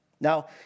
Now